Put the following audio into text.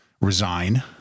resign